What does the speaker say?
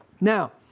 Now